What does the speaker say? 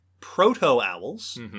proto-owls